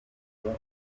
igihe